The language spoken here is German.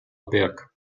berg